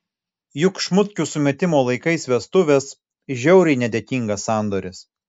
juk šmutkių sumetimo laikais vestuvės žiauriai nedėkingas sandoris